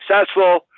successful